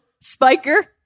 Spiker